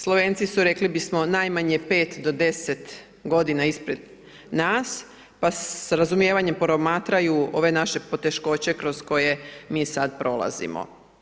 Slovenci su rekli bi smo, najmanje 5 do 10. g., ispred nas pa s razumijevanjem promatraju ove naše poteškoće kroz koje mi sad prolazimo.